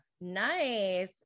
Nice